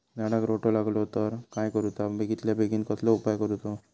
झाडाक रोटो लागलो तर काय करुचा बेगितल्या बेगीन कसलो उपाय करूचो?